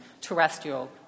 terrestrial